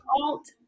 Alt